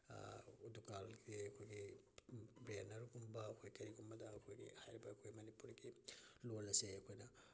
ꯗꯨꯀꯥꯟꯒꯤ ꯑꯩꯈꯣꯏꯒꯤ ꯕꯦꯅꯔꯒꯨꯝꯕ ꯑꯩꯈꯣꯏꯒꯤ ꯀꯩꯒꯨꯝꯕꯗ ꯑꯩꯈꯣꯏꯒꯤ ꯍꯥꯏꯔꯤꯕ ꯑꯩꯈꯣꯏ ꯃꯅꯤꯄꯨꯔꯤꯒꯤ ꯂꯣꯟ ꯑꯁꯦ ꯑꯩꯈꯣꯏꯅ